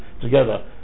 together